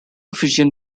fijian